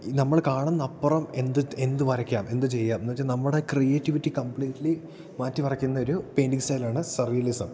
നമ്മൾ കാണുന്ന അപ്പുറം എന്ത് എന്ത് വരയ്ക്കാം എന്ത് ചെയ്യാം എന്ന് വെച്ചാൽ നമ്മുടെ ക്രിയേറ്റിവിറ്റി കംപ്ലീറ്റ്ലി മാറ്റിമറിയ്ക്കുന്ന ഒരു പെയിറ്ററിങ് സ്റ്റൈലാണ് സർവിയലിസം